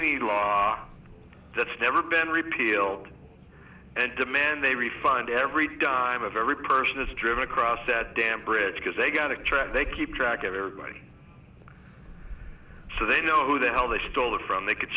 the law that's never been repealed and demand a refund every dime of every person is driven across that damn bridge because they got a track they keep track of everybody so they know who the hell they stole it from they could